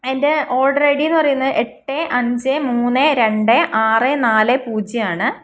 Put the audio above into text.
എൻ്റെ older I ഡിയെന്നു പറയുന്നത് എട്ട് അഞ്ച് മൂന്ന് രണ്ട് ആറ് നാല് പൂജ്യമാണ്